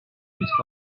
risk